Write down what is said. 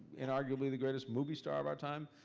unarguably the greatest movie star of our time.